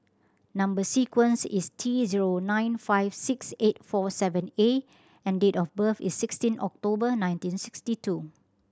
number sequence is T zero nine five six eight four seven A and date of birth is sixteen October nineteen sixty two